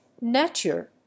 nature